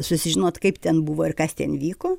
susižinot kaip ten buvo ir kas ten vyko